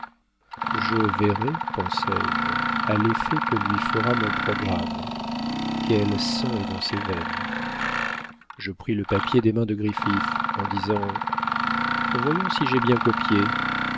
je verrai pensais-je à l'effet que lui fera mon programme quel sang est dans ses veines je pris le papier des mains de griffith en disant voyons si j'ai bien copié